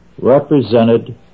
represented